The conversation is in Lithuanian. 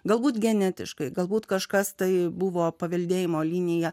galbūt genetiškai galbūt kažkas tai buvo paveldėjimo linija